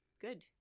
good